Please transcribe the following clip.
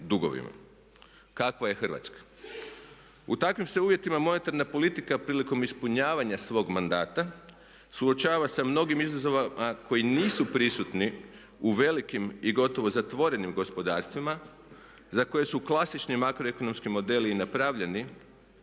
kakva je Hrvatska.